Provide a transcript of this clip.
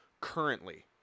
currently